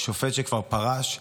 שופט שכבר פרש,